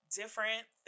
different